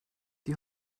die